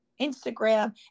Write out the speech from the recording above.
Instagram